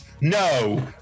No